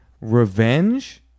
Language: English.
revenge